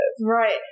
Right